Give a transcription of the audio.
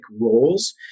roles